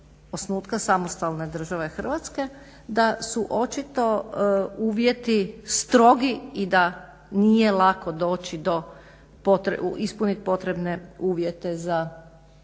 osnutka samostalne države Hrvatske da su očito uvjeti strogi i da nije lako ispuniti potrebne uvjete za